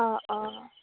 অ' অ'